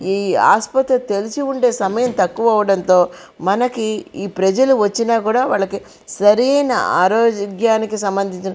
ఈ ఆస్పత్రి తెరచి ఉండే సమయం తక్కువ అవడంతో మనకి ఈ ప్రజలు వచ్చినా కూడా వాళ్ళకి సరైన ఆరోగ్యానికి సంభందించిన